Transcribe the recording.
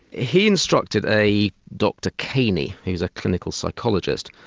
he instructed a dr kaney, who's a clinical psychologist,